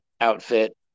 outfit